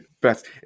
Best